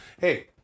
Hey